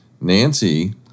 Nancy